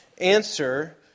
answer